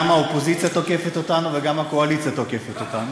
גם האופוזיציה תוקפת אותנו וגם הקואליציה תוקפת אותנו.